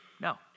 No